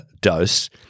dose